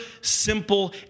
simple